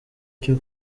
cyo